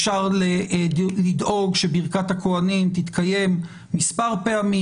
אפשר לדאוג שברכת הכוהנים תתקיים מספר פעמים,